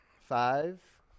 Five